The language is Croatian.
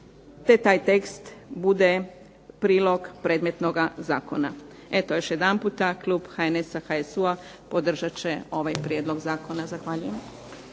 te taj tekst bude prilog predmetnoga zakona. Eto još jedanputa klub HNS-a, HUS-a podržat će ovaj prijedlog zakona. Zahvaljujem.